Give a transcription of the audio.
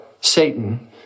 Satan